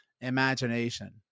imagination